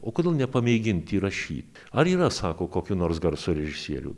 o kodėl nepamėginti įrašyt ar yra sako kokių nors garso režisierių